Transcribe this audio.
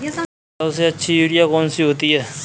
सबसे अच्छी यूरिया कौन सी होती है?